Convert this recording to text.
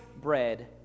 bread